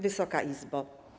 Wysoka Izbo!